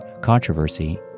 controversy